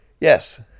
Yes